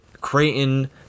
Creighton